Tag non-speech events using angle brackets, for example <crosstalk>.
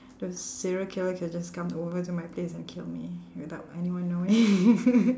the serial killer could just come over to my place and kill me without anyone knowing <laughs>